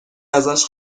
ازش